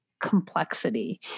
complexity